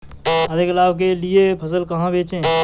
अधिक लाभ के लिए फसल कहाँ बेचें?